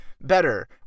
Better